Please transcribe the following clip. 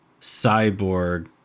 cyborg